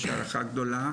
יש הערכה גדולה.